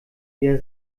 wieder